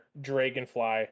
dragonfly